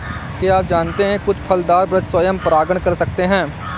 क्या आप जानते है कुछ फलदार वृक्ष स्वयं परागण कर सकते हैं?